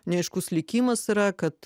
neaiškus likimas yra kad